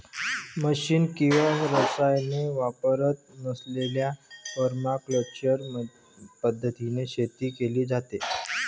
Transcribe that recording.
machine किंवा रसायने वापरत नसलेल्या परमाकल्चर पद्धतीने शेती केली जाते